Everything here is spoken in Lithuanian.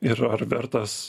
ir ar vertas